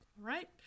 right